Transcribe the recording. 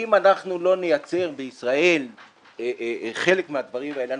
שאם אנחנו לא נייצר בישראל חלק מהדברים האלה,